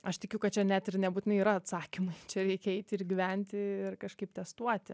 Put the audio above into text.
aš tikiu kad čia net ir nebūtinai yra atsakymai čia reikia eiti ir gyventi ir kažkaip testuoti